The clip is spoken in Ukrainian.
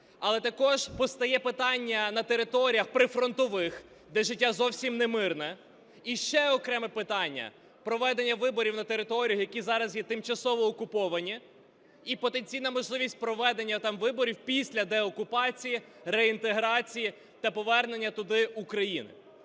Але також постає питання на територіях прифронтових, де життя зовсім не мирне. І ще окреме питання – проведення виборів на територіях, які зараз є тимчасово окуповані і потенційна можливість проведення там виборів після деокупації, реінтеграції та повернення туди України.